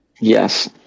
Yes